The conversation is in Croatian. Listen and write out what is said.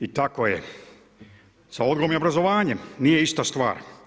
I tako je sa odgojem i obrazovanjem, nije ista stvar.